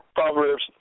Proverbs